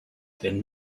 then